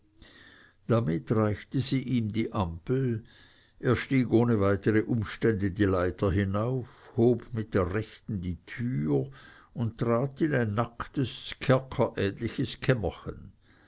damit reichte sie ihm die ampel er stieg ohne weitere umstände die leiter hinauf hob mit der rechten die türe und trat in ein nacktes kerkerähnliches kämmerchen